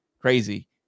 crazy